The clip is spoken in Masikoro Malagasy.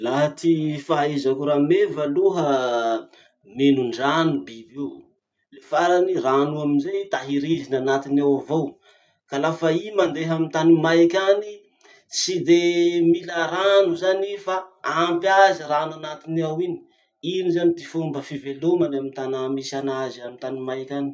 Laha ty fahaizako rameva aloha, minon-drano biby io. Le farany, rano io amizay tahiriziny anatiny ao avao. Ka lafa i mandeha amy tany maiky any, tsy de mila rano zany i fa ampy azy rano anatiny ao iny. Iny zany ty fomba fivelomany amy tanà misy anazy amy tany maiky any.